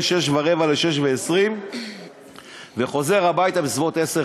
06:15 ל-06:20 וחוזר הביתה בסביבות 22:00,